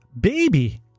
Baby